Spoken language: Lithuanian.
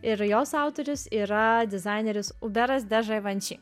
ir jos autorius yra dizaineris uberas de ževanči